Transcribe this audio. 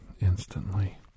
instantly